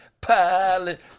pilot